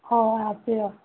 ꯍꯣ ꯍꯣ ꯍꯥꯞꯄꯤꯔꯣ